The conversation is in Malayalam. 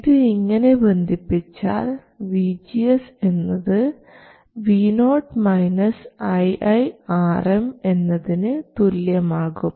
ഇത് ഇങ്ങനെ ബന്ധിപ്പിച്ചാൽ vgs എന്നത് vo iiRm എന്നതിന് തുല്യമാകും